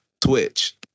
Twitch